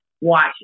watch